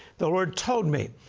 the lord told me,